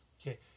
Okay